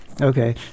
Okay